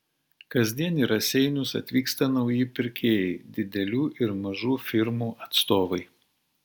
kasdien į raseinius atvyksta nauji pirkėjai didelių ir mažų firmų atstovai